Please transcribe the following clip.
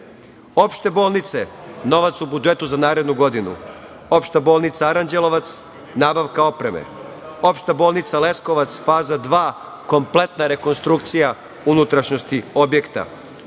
bolnice, novac u budžetu za narednu godinu, „Opšta bolnica Aranđelovac“ nabavka opreme, „Opšta bolnica Leskovac“ faza dva, kompletna rekonstrukcija unutrašnjosti objekta,